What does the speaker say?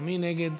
מי נגד?